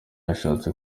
yashatse